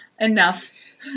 Enough